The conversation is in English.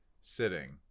sitting